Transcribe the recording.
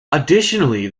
additionally